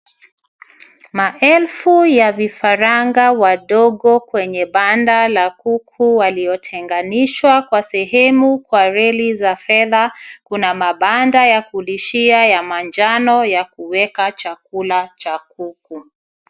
Maelfu ya vifaranga wadogo kwenye banda la kuku waliotenganishwa kwa sehemu kwa reli za fedha. Kuna mabanda ya kulishia ya manjano ya kuweka chakula cha kuku.